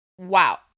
Wow